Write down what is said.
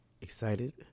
excited